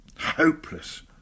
Hopeless